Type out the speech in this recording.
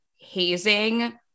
hazing